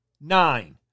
nine